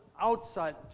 outside